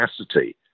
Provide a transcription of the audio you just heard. capacity